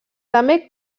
també